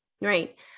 right